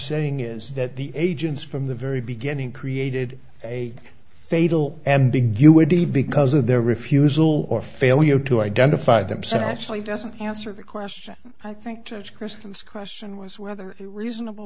saying is that the agents from the very beginning created a fatal ambiguity because of their refusal or failure to identify them some actually doesn't answer the question i think christians question was whether a reasonable